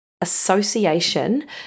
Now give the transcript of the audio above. association